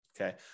okay